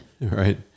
Right